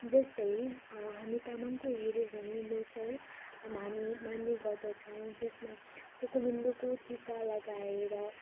जस्तै हामी तामाङको हेर्यो भने लोसर हामी मान्ने गर्दछौँ जसमा कोको मेन्दोको टीका लगाएर